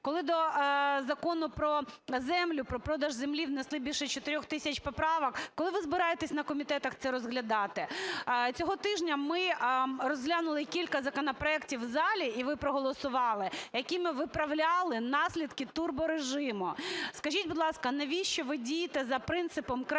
коли до Закону про землю, про продаж землі внесли більше 4 тисяч поправок, коли ви збираєтесь на комітетах це розглядати? Цього тижня ми розглянули кілька законопроектів в залі, і проголосували, якими виправляли наслідки турборежиму. Скажіть, будь ласка, навіщо ви дієте за принципом - краще